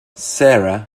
sarah